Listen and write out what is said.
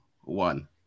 one